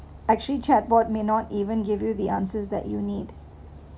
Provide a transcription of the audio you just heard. actually chat board may not even give you the answers that you need